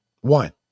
One